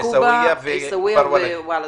עיסאוויה וכפר ולג'ה.